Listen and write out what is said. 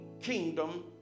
kingdom